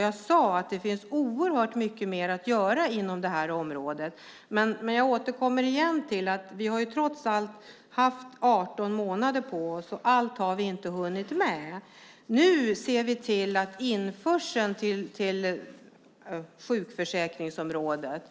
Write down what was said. Jag sade att det finns oerhört mycket mer att göra inom området. Jag återkommer igen till att vi trots allt har haft 18 månader på oss, och allt har vi inte hunnit med. Nu ser vi till att minska införseln till sjukförsäkringsområdet.